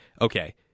okay